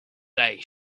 day